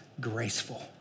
graceful